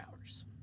hours